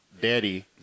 daddy